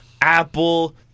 Apple